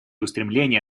устремления